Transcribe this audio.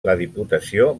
diputació